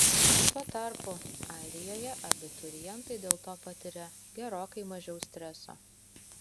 tuo tarpu airijoje abiturientai dėl to patiria gerokai mažiau streso